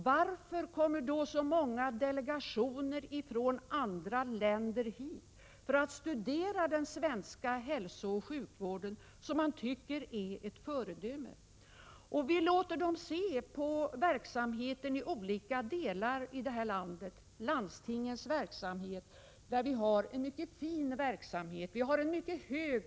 Varför kommer då så många delegationer från andra länder hit för att studera den svenska hälsooch sjukvården, som de tycker är ett föredöme? Vi låter dem se på verksamheten i olika delar av landet, på landstingens verksamhet som är mycket fin.